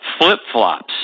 flip-flops